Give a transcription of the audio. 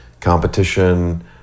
competition